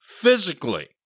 physically